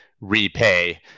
repay